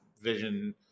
vision